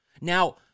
now